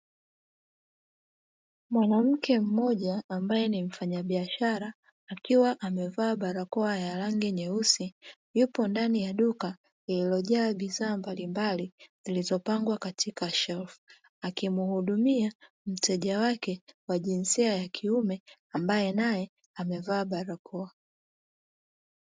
Mwanamke mmoja ambaye ni mfanyabiashara akiwa amevaa barakoa ya rangi nyeusi yupo ndani ya duka lililojaa bidhaa mbalimbali zilizopangwa katika shelfu, akimhudumia mteja wake wa jinsia ya ambaye naye amevaa barakoa.